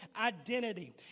identity